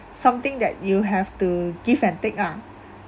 something that you have to give and take ah